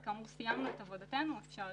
כאמור, סיימנו את עבודתנו ואפשר